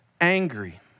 angry